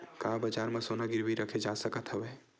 का बजार म सोना गिरवी रखे जा सकत हवय?